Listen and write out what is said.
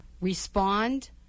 Respond